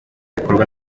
bikorwa